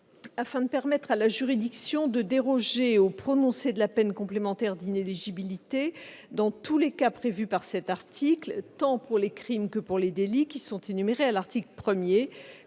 afin de permettre à la juridiction de déroger au prononcé de la peine complémentaire d'inéligibilité dans tous les cas prévus par cet article, tant pour les crimes que pour les délits, conformément à l'intention